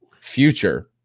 future